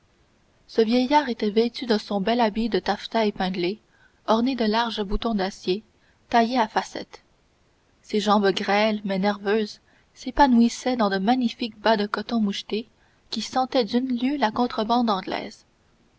ce vieillard était vêtu de son bel habit de taffetas épinglé orné de larges boutons d'acier taillés à facettes ses jambes grêles mais nerveuses s'épanouissaient dans de magnifiques bas de coton mouchetés qui sentaient d'une lieue la contrebande anglaise